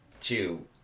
two